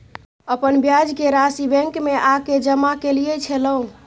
अपन ब्याज के राशि बैंक में आ के जमा कैलियै छलौं?